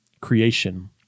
creation